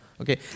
Okay